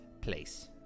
place